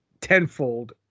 tenfold